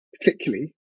particularly